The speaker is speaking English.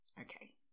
okay